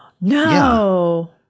No